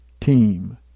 team